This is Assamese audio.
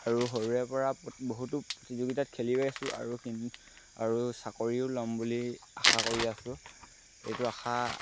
আৰু সৰুৰেপৰা বহুতো প্ৰতিযোগিতাত খেলিও আছোঁ আৰু আৰু চাকৰিও লম বুলি আশা কৰি আছোঁ এইটো আশা